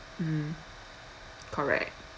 mm correct